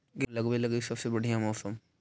गेहूँ ऊगवे लगी सबसे बढ़िया मौसम?